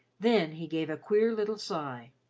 then he gave a queer little sigh.